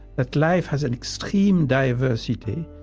that life has an extreme diversity.